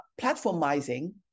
platformizing